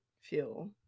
feel